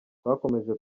twakomeje